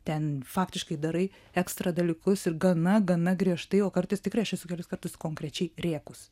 ten faktiškai darai ekstra dalykus ir gana gana griežtai o kartais tikrai aš esu kelis kartus konkrečiai rėkus